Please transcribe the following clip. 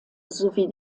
sowie